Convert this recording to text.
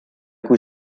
kui